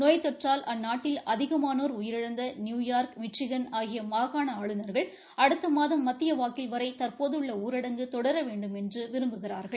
நோய்த்தொற்றால் அந்நாட்டில் அதிகமானோர் உயிரிழந்த நியூயார்க் மிச்சிகன் ஆகிய மாகாண ஆளுநர்கள் அடுத்தமாதம் மத்தியவாக்கில் வரை தற்போதுள்ள ஊரடங்கு தொடரவேண்டும் என்று விரும்புகிறார்கள்